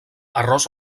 arròs